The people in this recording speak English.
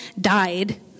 died